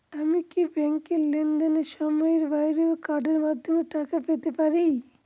আমি কি ব্যাংকের লেনদেনের সময়ের বাইরেও কার্ডের মাধ্যমে টাকা পেতে পারি?